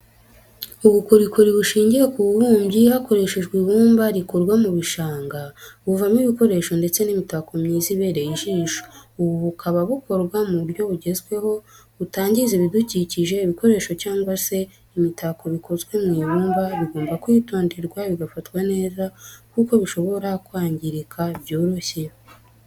Ubukorikori bushingiye ku bubumbyi, hakoreshejwe ibumba rikurwa mu gishanga, buvamo ibikoresho ndetse n'imitako myiza ibereye ijisho, ubu bukaba bukorwa mu buryo bugezweho butangiza ibidukikije, ibikoresho cyangwa se imitako bikozwe mu ibumba bigomba kwitonderwa bigafatwa neza kuko bishobora kwangirika byoroshye.